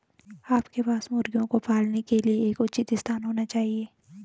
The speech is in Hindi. आपके पास मुर्गियों को पालने के लिए एक उचित स्थान होना चाहिए